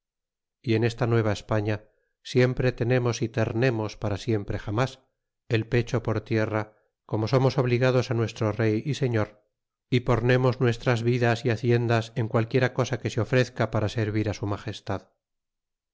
y en esta nueva españa siempre tenemos y tememos para siempre jamás el pecho por tierra como somos obligados nuestro rey y señor y pornemos nuestras vidas y haciendas en qualquiera cosa que se ofrezca para servir su magestad